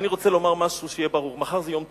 אני רוצה לומר משהו שיהיה ברור: מחר זה יום תל-חי.